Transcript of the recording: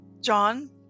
John